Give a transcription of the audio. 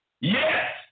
Yes